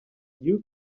you